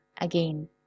again